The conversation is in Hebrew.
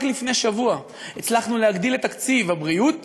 לפני שבוע הצלחנו להגדיל את תקציב הבריאות